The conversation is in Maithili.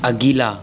अगिला